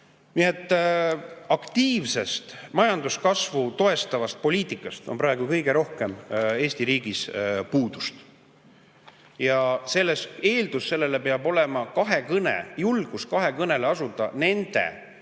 Nii et aktiivsest majanduskasvu toestavast poliitikast on praegu kõige rohkem Eesti riigis puudus. Eeldus selleks peab olema kahekõne, julgus kahe kõnele asuda nende